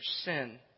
sin